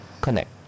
Connect